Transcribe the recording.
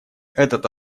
этот